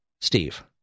Steve